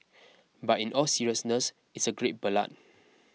but in all seriousness it's a great ballad